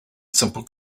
simple